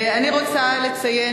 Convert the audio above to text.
אני רוצה לציין